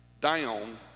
down